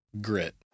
grit